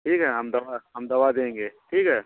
ठीक है हम दवा हम दवा देंगे ठीक है